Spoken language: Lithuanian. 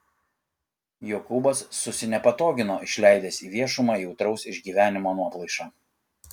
jokūbas susinepatogino išleidęs į viešumą jautraus išgyvenimo nuoplaišą